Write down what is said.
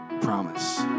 promise